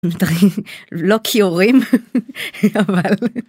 לא קיורים אבל.